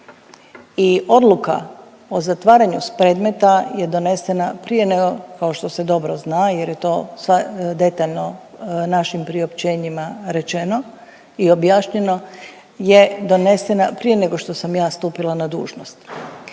i odluka o zatvaranju predmeta je donesena prije nego, kao što se dobro zna jer je to detaljno našim priopćenjima rečeno i objašnjeno je donesena prije nego što sam ja stupila na dužnost.